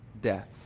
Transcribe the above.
death